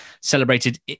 celebrated